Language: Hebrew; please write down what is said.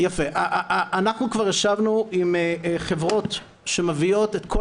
אנחנו כבר ישבנו עם חברות שמביאות את כל